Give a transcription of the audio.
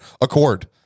accord